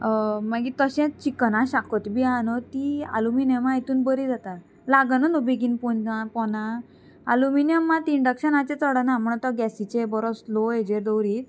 मागीर तशेंच चिकनां शाकोती बी आहा न्हू ती आलुमिनियमा हितून बरी जाता लागना न्हू बेगीन पोन्ना पोना आल्युमिनियम मात इंडक्शनाचेर चडना म्हण तो गॅसीचे बरो स्लो हेजेर दवरीत